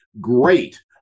great